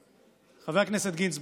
חבר הכנסת גינזבורג,